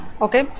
okay